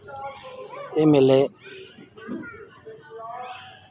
एह् मेले